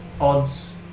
odds